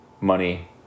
money